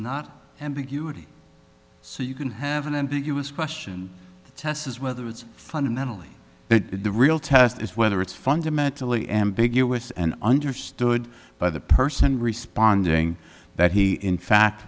not ambiguity so you can have an ambiguous question the test is whether it's fundamentally the real test is whether it's fundamentally ambiguous and understood by the person responding that he in fact